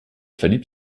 verliebt